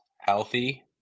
healthy